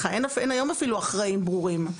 אין היום אפילו אחראים ברורים.